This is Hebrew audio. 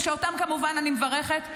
ושאותם כמובן אני מברכת,